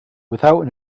without